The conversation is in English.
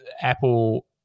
apple